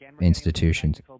institutions